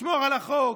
תשמור על החוק,